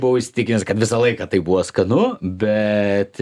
buvau įsitikinęs kad visą laiką tai buvo skanu bet